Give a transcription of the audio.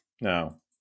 No